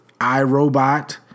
iRobot